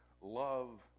love